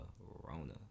rona